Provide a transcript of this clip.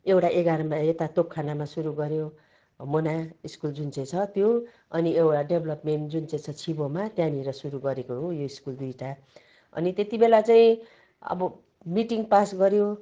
एउटा एघारमा यता तोपखानामा सुरु गऱ्यो मोना सकुल जुन चाहिँ छ त्यो अनि एउटा डेभ्लोपमेन्ट जुन चाहिँ छ छिबोमा त्यहाँनिर सुरु गरेको हो यो सकुल दुईटा अनि त्यति बेला चाहिँ अब मिटिङ पास गऱ्यो